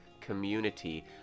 community